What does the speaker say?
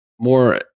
more